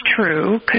true